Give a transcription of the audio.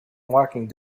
walking